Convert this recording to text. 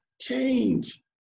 change